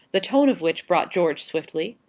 the tone of which brought george swiftly.